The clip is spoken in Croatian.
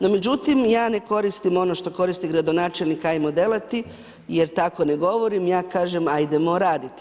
No međutim ja ne koristim ono što koristi gradonačelnik ajmo delati jer tako ne govorim, ja kažem ajdemo raditi.